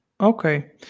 Okay